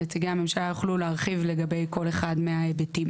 נציגי הממשלה יוכלו להרחיב לגבי כל אחד מההיבטים.